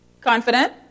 Confident